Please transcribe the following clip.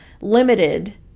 limited